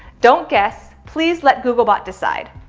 don't guess. please let googlebot decide.